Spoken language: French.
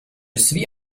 suis